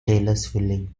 taylorsville